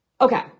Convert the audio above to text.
Okay